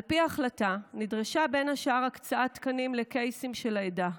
על פי ההחלטה נדרשה בין השאר הקצאת תקנים לקייסים של העדה,